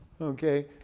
Okay